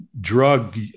drug